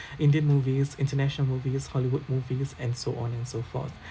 indian movies international movies hollywood movies and so on and so forth